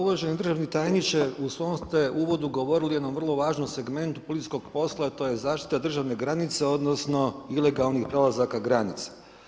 Uvaženi državni tajniče, u svom ste uvodu govorili o jednom vrlo važnom segmentu policijskog posla, a to je zaštita državne granice, odnosno ilegalnih prelazaka granica.